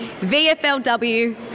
VFLW